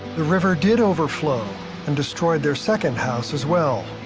the river did overflow and destroyed their second house as well.